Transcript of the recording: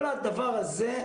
כל הדבר הזה,